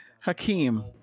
Hakeem